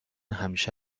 همیشه